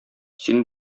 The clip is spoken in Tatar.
син